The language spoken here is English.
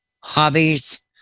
hobbies